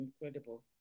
incredible